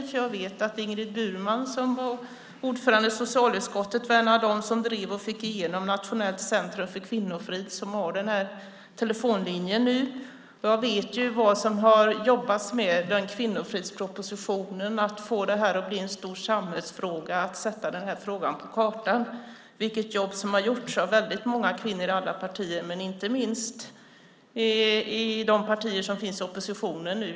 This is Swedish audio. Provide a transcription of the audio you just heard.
Jag vet nämligen att Ingrid Burman som var ordförande i socialutskottet var en av dem som drev och fick igenom Nationellt centrum för kvinnofrid där man nu har en telefonlinje. Jag vet vad man har jobbat med, bland annat kvinnofridspropositionen och att få detta att bli en stor samhällsfråga och sätta denna fråga på kartan. Det är ett jobb som har gjorts av väldigt många kvinnor i alla partier, men inte minst i de partier som finns i oppositionen nu.